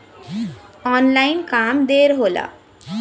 online काम ढेर होला